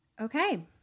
okay